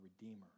Redeemer